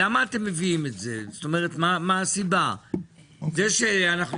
מה הסיבה שאתם מביאים את זה?